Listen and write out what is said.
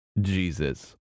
Jesus